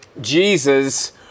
Jesus